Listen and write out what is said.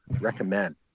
recommend